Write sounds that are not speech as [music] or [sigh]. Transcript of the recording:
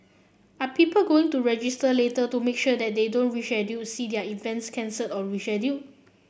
are people going to register later to make sure that they don't [unintelligible] their events cancelled or rescheduled